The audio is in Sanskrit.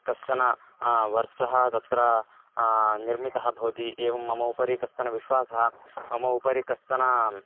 कश्चनः वर्चः तत्र निर्मितः भवति एवं मम उपरि कश्चनः विश्वासः मम उपरि कश्चनः